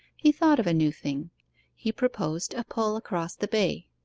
he thought of a new thing he proposed a pull across the bay.